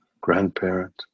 grandparent